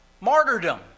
martyrdom